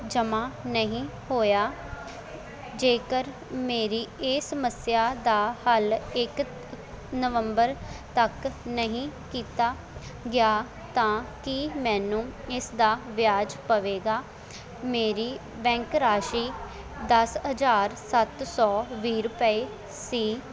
ਜਮ੍ਹਾ ਨਹੀਂ ਹੋਇਆ ਜੇਕਰ ਮੇਰੀ ਇਹ ਸਮੱਸਿਆ ਦਾ ਹੱਲ ਇੱਕ ਨਵੰਬਰ ਤੱਕ ਨਹੀਂ ਕੀਤਾ ਗਿਆ ਤਾਂ ਕੀ ਮੈਨੂੰ ਇਸ ਦਾ ਵਿਆਜ ਪਵੇਗਾ ਮੇਰੀ ਬੈਂਕ ਰਾਸ਼ੀ ਦਸ ਹਜ਼ਾਰ ਸੱਤ ਸੌ ਵੀਹ ਰੁਪਏ ਸੀ